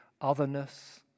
otherness